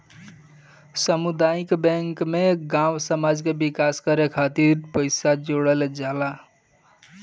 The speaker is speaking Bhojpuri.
सामुदायिक बैंक में गांव समाज कअ विकास करे खातिर पईसा जोड़ल जाला